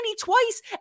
twice